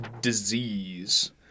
Disease